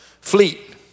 Fleet